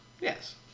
Yes